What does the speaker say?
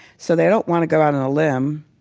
so they don't want to go out on a limb